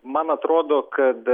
man atrodo kad